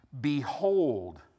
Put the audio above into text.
Behold